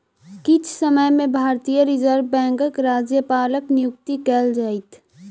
किछ समय में भारतीय रिज़र्व बैंकक राज्यपालक नियुक्ति कएल जाइत